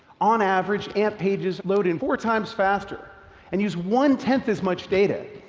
on average, amp pages load and four times faster and use one-tenth as much data.